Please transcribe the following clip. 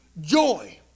joy